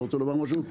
אתה רוצה לומר משהו?